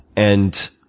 and